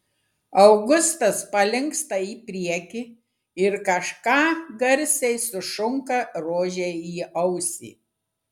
augustas palinksta į priekį ir kažką garsiai sušunka rožei į ausį